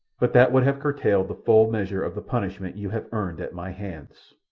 but that would have curtailed the full measure of the punishment you have earned at my hands.